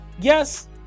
Yes